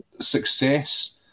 success